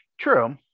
true